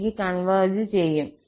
ലേക്ക് converge ചെയ്യും